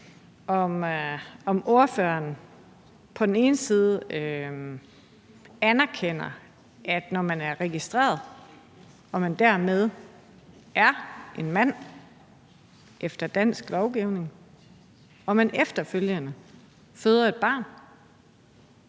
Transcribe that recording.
om ordføreren ikke anerkender, at man, når man er registreret og man dermed er en mand efter dansk lovgivning, efterfølgende kan føde et barn